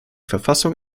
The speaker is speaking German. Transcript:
verfassung